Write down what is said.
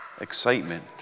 excitement